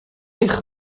eich